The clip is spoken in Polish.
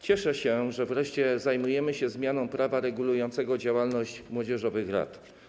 Cieszę się, że wreszcie zajmujemy się zmianą prawa regulującego działalność młodzieżowych rad.